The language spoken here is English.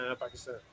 Pakistan